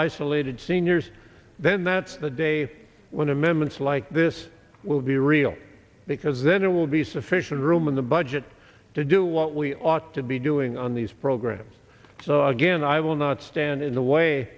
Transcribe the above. isolated seniors then that's the day when amendments like this will be real because then it will be sufficient room in the budget to do what we ought to be doing on these programs so again i will not stand in the way